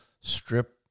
strip